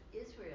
Israel